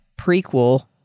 prequel